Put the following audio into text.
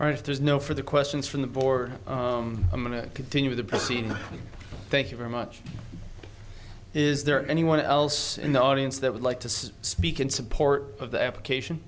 or if there's no for the questions from the board i'm going to continue the proceeding thank you very much is there anyone else in the audience that would like to speak in support of the application